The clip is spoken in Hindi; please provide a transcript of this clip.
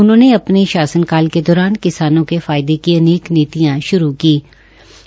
उन्होंने अपने शासनकाल के दौरान किसानों के फायदे की अनेक नीतियां शुरू कीं